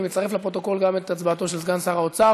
אני מצרף לפרוטוקול גם את הצבעתו של סגן שר האוצר,